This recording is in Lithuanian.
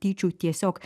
tyčių tiesiog